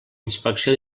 inspecció